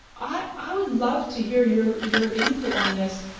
i would love to hear your your input on this,